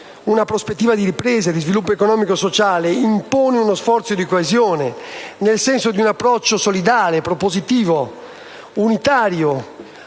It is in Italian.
una prospettiva di ripresa e di sviluppo economico e sociale, impone uno sforzo di coesione nel senso di un approccio solidale, propositivo, unitario